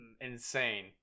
insane